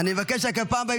אני מבקש רק בפעם הבאה,